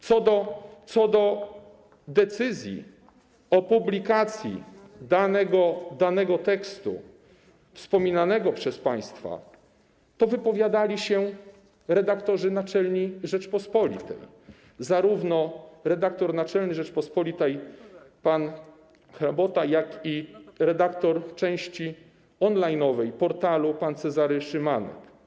Co do decyzji o publikacji tekstu wspominanego przez państwa, to wypowiadali się redaktorzy naczelni „Rzeczpospolitej” - zarówno redaktor naczelny „Rzeczpospolitej” pan Chrabota, jak i redaktor części on-line, portalu pan Cezary Szymanek.